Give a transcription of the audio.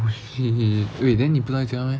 wait wait then 你不在家 meh